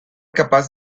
capaz